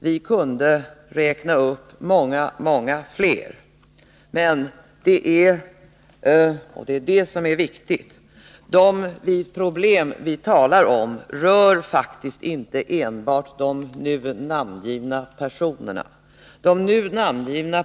Vi kunde räkna upp många fler men — och det är viktigt — de problem vi talar om rör faktiskt inte enbart de nu namngivna personerna.